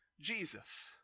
Jesus